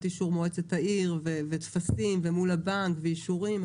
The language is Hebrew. אישור מועצת העיר וטפסים ומול הבנק ואישורים.